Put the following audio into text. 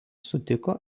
sutiko